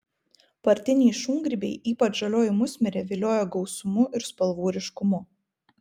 partiniai šungrybiai ypač žalioji musmirė vilioja gausumu ir spalvų ryškumu